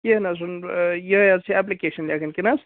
کیٚنٛہہ نہَ حظ چھُنہٕ یِہےَ حظ چھِ ایپلِکیش لیٚکھٕنۍ کِنہٕ حظ